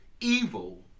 Evil